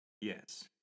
Yes